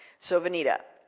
so, vanita.